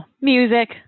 music